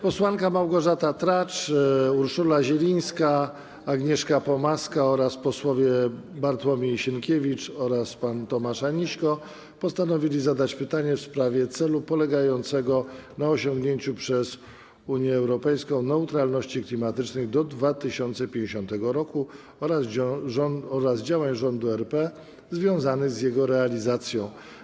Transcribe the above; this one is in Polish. Posłanki Małgorzata Tracz, Urszula Zielińska i Agnieszka Pomaska oraz posłowie Bartłomiej Sienkiewicz i Tomasz Aniśko postanowili zadać pytanie w sprawie celu polegającego na osiągnięciu przez Unię Europejską neutralności klimatycznej do 2050 r. oraz działań rządu RP związanych z jego realizacją.